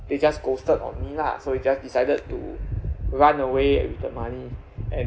they just ghosted on me lah so they just decided to run away with the money and